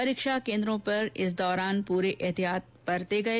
परीक्षा केन्द्रों पर इस दौरान पूरे ऐहतियात बरते गए